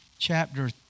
Chapter